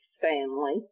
family